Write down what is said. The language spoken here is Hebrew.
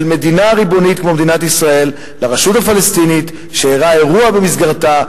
של מדינה ריבונית כמו מדינת ישראל לרשות הפלסטינית שאירע אירוע במסגרתה,